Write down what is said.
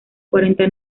cuarenta